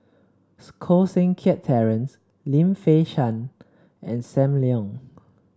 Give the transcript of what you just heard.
Koh Seng Kiat Terence Lim Fei Shen and Sam Leong